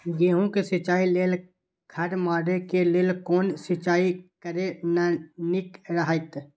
गेहूँ के सिंचाई लेल खर मारे के लेल कोन सिंचाई करे ल नीक रहैत?